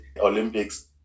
Olympics